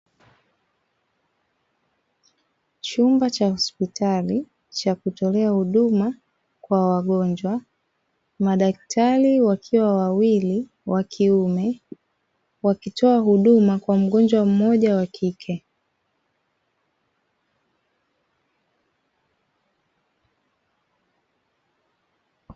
Chumba cha hospitali cha kutolea huduma kwa wagonjwa, madaktari wakiwa wawili wa kiume wakitoa huduma kwa mgonjwa mmoja wa kike.